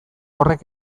horrek